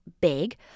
big